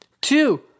Two